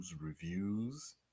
Reviews